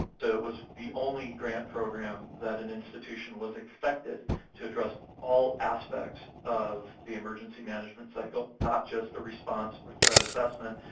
it was the only grant program that an institution was expected to address all aspects of the emergency management cycle, not just the response or threat assessment,